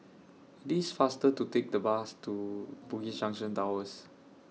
IT IS faster to Take The Bus to Bugis Junction Towers